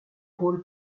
rôles